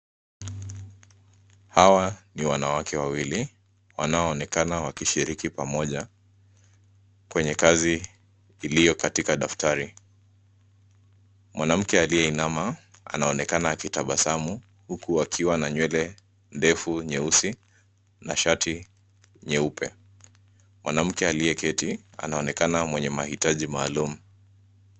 Hawa ni wanawake wawili, wanaonekana wakishiriki pamoja kwenye kazi iliyo katika daftari. Mwanamke aliyeinama, anaonekana akitabasamu huku akiwa na nywele ndefu nyeusi na shati nyeupe. Mwanamke aliyeketi anaonekana mwenye mahitaji maalum.